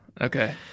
Okay